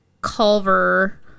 Culver